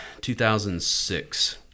2006